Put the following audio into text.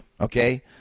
okay